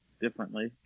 differently